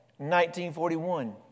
1941